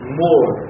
more